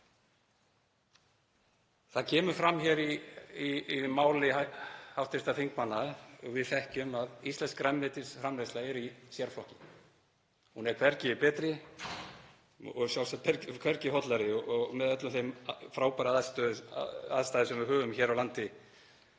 Það kemur fram í máli hv. þingmanna og við þekkjum það að íslenskt grænmetisframleiðsla er í sérflokki. Hún er hvergi betri og sjálfsagt hvergi hollari og með öllum þeim frábæru aðstæðum sem við höfum hér á landi